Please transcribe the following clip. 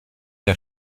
der